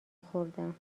خوردم